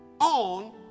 on